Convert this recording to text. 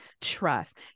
trust